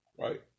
Right